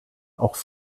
auch